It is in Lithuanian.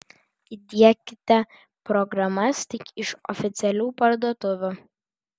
įdiekite programas tik iš oficialių parduotuvių